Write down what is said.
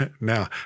now